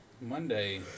Monday